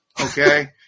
okay